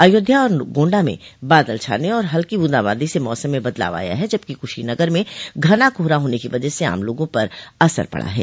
अयोध्या और गोण्डा में बादल छाने और हल्की बूंदाबांदी से मौसम में बदलाव आया है जबकि कुशीनगर में घना कोहरा होने की वजह से आम लोगों पर असर पड़ा है